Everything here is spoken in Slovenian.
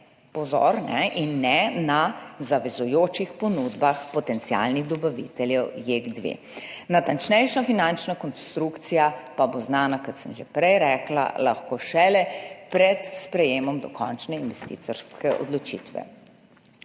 pozor, in ne na zavezujočih ponudbah potencialnih dobaviteljev JEK2. Natančnejša finančna konstrukcija pa bo lahko znana, kot sem že prej rekla, šele pred sprejetjem dokončne investicijske odločitve.